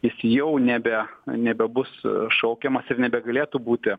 jis jau nebe nebebus šaukiamas ir nebegalėtų būti